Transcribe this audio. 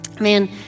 Man